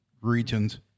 regions